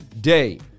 day